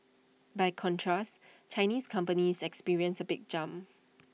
by contrast Chinese companies experienced A big jump